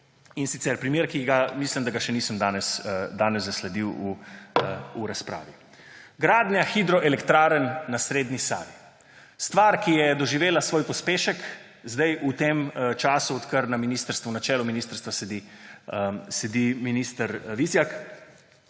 in sicer s primerom, ki mislim, da ga danes še nisem zasledil v razpravi. Gradnja hidroelektrarn na srednji Savi. Stvar, ki je doživela svoj pospešek v tem času, odkar na čelu ministrstva sedi minister Vizjak.